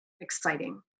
exciting